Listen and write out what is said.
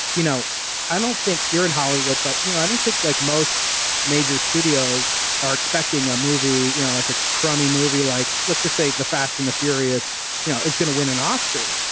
you know i don't think you're in hollywood but you know i don't think like most major studios are expecting a movie you know like a crummy movie like, let's just say, the fast and the furious you know is going to win an oscar.